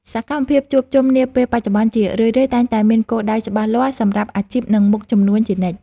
សកម្មភាពជួបជុំនាពេលបច្ចុប្បន្នជារឿយៗតែងតែមានគោលដៅច្បាស់លាស់សម្រាប់អាជីពនិងមុខជំនួញជានិច្ច។